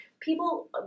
People